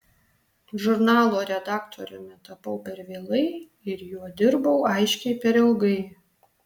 žurnalo redaktoriumi tapau per vėlai ir juo dirbau aiškiai per ilgai